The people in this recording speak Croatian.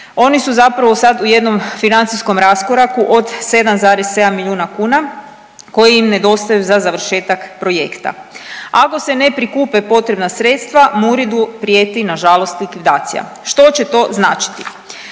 oni su zapravo sad u jednom financijskom raskoraku od 7,7 milijuna kuna koji im nedostaju za završetak projekta. Ako se ne prikupe potrebna sredstva MURID-u prijeti nažalost likvidacija. Što će to značiti?